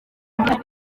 muri